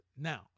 Now